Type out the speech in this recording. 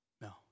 No